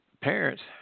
parents